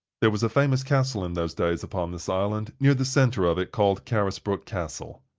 there was a famous castle in those days upon this island, near the center of it, called carisbrooke castle.